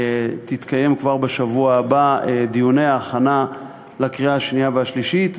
יתקיימו כבר בשבוע הבא דיוני ההכנה לקריאה השנייה והשלישית,